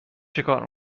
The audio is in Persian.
چیکار